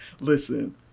listen